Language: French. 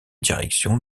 direction